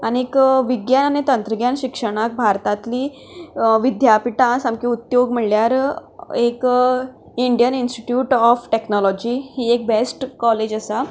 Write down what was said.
आनी विज्ञान आनी तंत्रज्ञान शिक्षणांत भारतांतलीं विद्यापिठां सामकीं उत्योग म्हणल्यार एक इंडियन इनस्टिट्यूट ऑफ टॅकनॉलोजी ही एक बेस्ट कॉलेज आसा